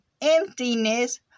emptiness